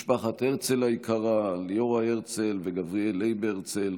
משפחת הרצל היקרה, ליאורה הרצל וגבריאל ליב הרצל,